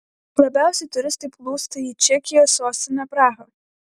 labiausiai turistai plūsta į čekijos sostinę prahą